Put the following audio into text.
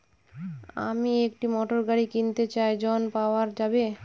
আমি একটি মোটরগাড়ি কিনতে চাই ঝণ পাওয়া যাবে?